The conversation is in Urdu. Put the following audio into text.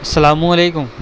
اسلام و علیکم